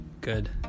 Good